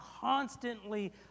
constantly